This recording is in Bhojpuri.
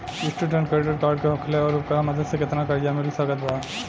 स्टूडेंट क्रेडिट कार्ड का होखेला और ओकरा मदद से केतना कर्जा मिल सकत बा?